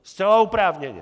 Zcela oprávněně!